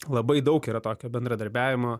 labai daug yra tokio bendradarbiavimo